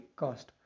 cost